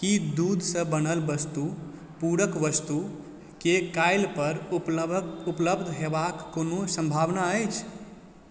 की दूधसँ बनल वस्तु पूरक वस्तुके काल्हिपर उपलब्ध होयबाक कोनो सम्भावना अछि